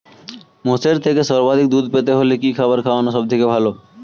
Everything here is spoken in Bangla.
মোষের থেকে সর্বাধিক দুধ পেতে হলে কি খাবার খাওয়ানো সবথেকে ভালো?